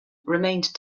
remained